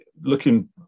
looking